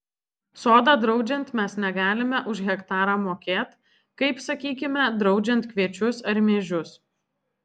sodą draudžiant mes negalime už hektarą mokėt kaip sakykime draudžiant kviečius ar miežius